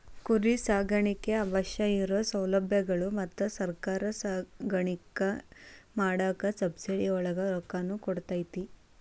ಕುರಿ ಸಾಕಾಣಿಕೆಗೆ ಅವಶ್ಯ ಇರು ಸೌಲಬ್ಯಗಳು ಮತ್ತ ಸರ್ಕಾರಾ ಸಾಕಾಣಿಕೆ ಮಾಡಾಕ ಸಬ್ಸಿಡಿ ಒಳಗ ರೊಕ್ಕಾನು ಕೊಡತತಿ